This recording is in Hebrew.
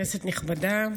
כנסת נכבדה.